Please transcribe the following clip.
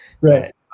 Right